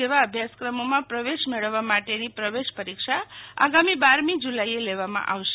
જેવા અભ્યાસક્રમોમાં પ્રવેશ મેળવવા માટેની પ્રવેશ પરીક્ષા આઈથ્રીટી આગામી બારમી જુલાઇએ લેવામાં આવશે